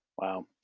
Wow